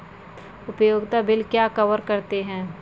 उपयोगिता बिल क्या कवर करते हैं?